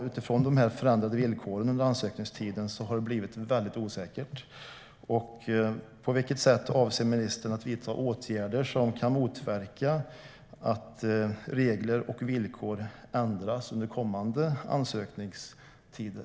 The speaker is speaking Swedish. Utifrån de förändrade villkoren under ansökningstiden har det blivit väldigt osäkert. På vilket sätt avser ministern att vidta åtgärder som kan motverka att regler och villkor ändras under kommande ansökningsperioder?